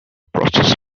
process